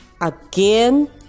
again